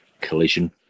collision